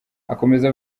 akomeza